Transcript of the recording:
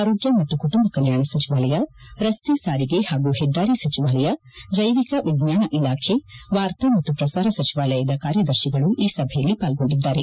ಆರೋಗ್ಯ ಮತ್ತು ಕುಟುಂಬ ಕಲ್ತಾಣ ಸಜವಾಯ ರಕ್ತೆ ಸಾರಿಗೆ ಪಾಗೂ ಹೆದ್ದಾರಿ ಸಜವಾಲಯ ಜೈನಿಕ ವಿಜ್ಞಾನ ಇಲಾಖೆ ವಾರ್ತಾ ಮತ್ತು ಪ್ರಸಾರ ಸಜವಾಲಯದ ಕಾರ್ಯದರ್ಶಿಗಳು ಈ ಸಭೆಯಲ್ಲಿ ಪಾಲ್ಗೊಂಡಿದ್ದಾರೆ